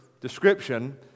description